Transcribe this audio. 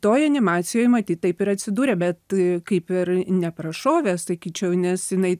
toj animacijoj matyt taip ir atsidūrė bet kaip ir neprašovė sakyčiau nes jinai